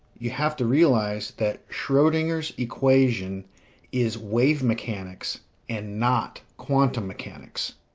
you have to realize that schrodinger's equation is wave mechanics and not quantum mechanics.